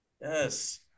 Yes